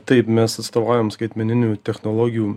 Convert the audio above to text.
taip mes atstovaujam skaitmeninių technologijų